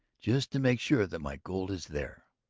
just to make sure that my gold is there!